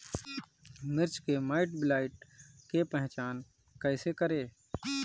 मिर्च मे माईटब्लाइट के पहचान कैसे करे?